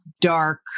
dark